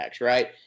right